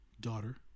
daughter